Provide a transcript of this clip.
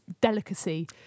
delicacy